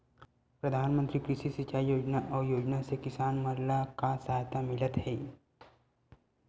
प्रधान मंतरी कृषि सिंचाई योजना अउ योजना से किसान मन ला का सहायता मिलत हे?